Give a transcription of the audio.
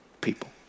people